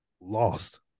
Lost